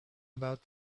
about